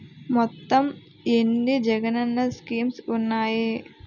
మొత్తం ఎన్ని జగనన్న స్కీమ్స్ ఉన్నాయి?